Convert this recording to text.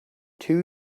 two